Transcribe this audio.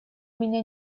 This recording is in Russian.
меня